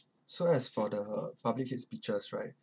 so as for the public hate speeches right